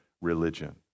religion